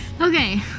okay